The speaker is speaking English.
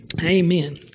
amen